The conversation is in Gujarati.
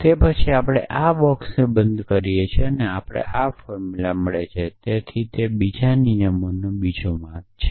તે પછી આપણે આ બોક્સને બંધ કરીએ છીએ આપણને આ ફોર્મુલા મળે છે તેથી તે બીજા નિયમનો બીજો માર્ગ છે